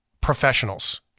professionals